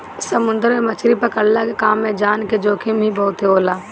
समुंदर में मछरी पकड़ला के काम में जान के जोखिम ही बहुते होला